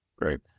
Great